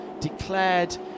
declared